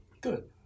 Good